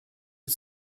you